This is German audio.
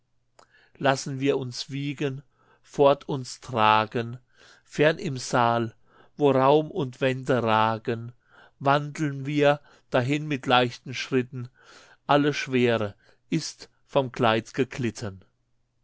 lassen wir uns wiegen fort uns tragen fern im saal wo raum und wände ragen wandeln wir dahin mit leichten schritten alle schwere ist vom kleid